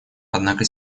однако